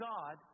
God